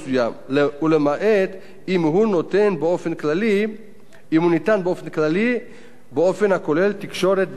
ולמעט אם הוא ניתן באופן כללי באופן הכולל תקשורת בין-אישית.